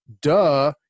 duh